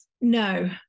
no